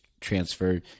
transferred